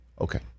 Okay